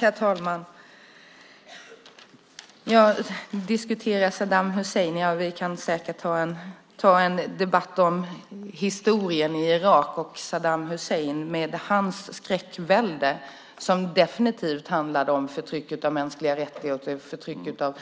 Herr talman! Vi kan säkert ta en debatt om historien i Irak och Saddam Husseins skräckvälde, som definitivt handlade om förtrycket av mänskliga rättigheter och förtrycket av